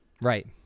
right